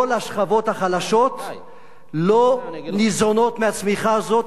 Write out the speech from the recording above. כל השכבות החלשות לא ניזונות מהצמיחה הזאת,